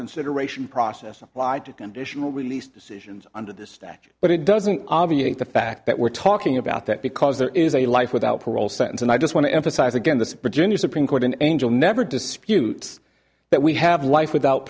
consideration process lied to conditional release decisions under this statute but it doesn't obviate the fact that we're talking about that because there is a life without parole sentence and i just want to emphasize again the supreme court an angel never disputes that we have life without